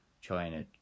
China